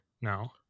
now